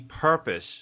purpose